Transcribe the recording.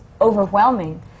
overwhelming